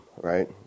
right